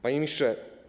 Panie Ministrze!